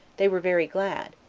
they were very glad,